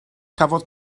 cafodd